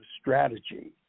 strategy